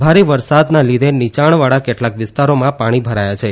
ભારે વરસાદના લીધે નીચાણવાળા કેટલાક વિસ્તારામાં પાણી ભરાયા છે